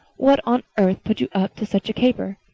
what on earth put you up to such a caper?